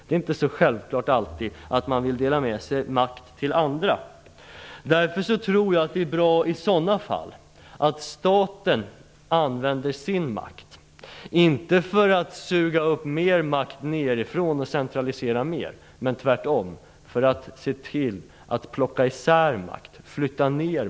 Det är inte alltid så självklart att man vill dela med sig makt till andra. Därför är det bra att staten använder sin makt i sådana här fall. Man skall inte suga upp mer makt nerifrån och centralisera den, utan man skall tvärtom flytta ner makten och se till att sprida den.